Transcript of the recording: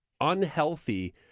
unhealthy